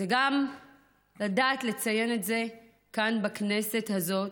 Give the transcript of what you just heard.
גם לדעת לציין את זה כאן, בכנסת הזאת,